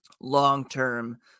long-term